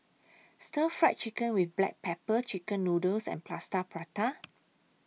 Stir Fried Chicken with Black Pepper Chicken Noodles and Plaster Prata